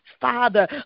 Father